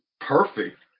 perfect